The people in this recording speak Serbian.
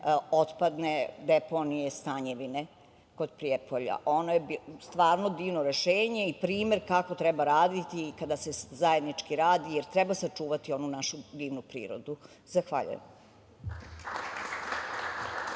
otpadne deponije Stanjevine kod Prijepolja. Ono je stvarno divno rešenje i primer kako treba raditi, da se zajednički radi, jer treba sačuvati onu našu divnu prirodu. Zahvaljujem.